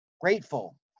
Grateful